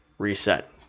reset